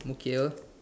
okay